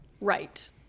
Right